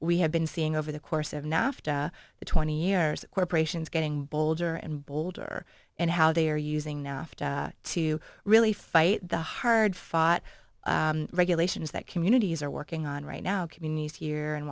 we have been seeing over the course of nafta twenty years corporations getting bolder and bolder and how they are using now to really fight the hard fought regulations that communities are working on right now communities here in